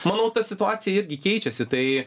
manau ta situacija irgi keičiasi tai